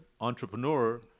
entrepreneur